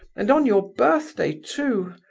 and on your birthday, too!